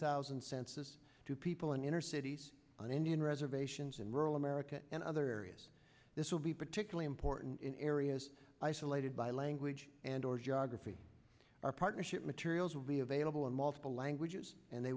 thousand census to people in inner cities on indian reservations in rural america and other areas this will be particularly important in areas isolated by language and or geography our partnership materials will be available in multiple languages and they